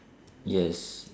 yes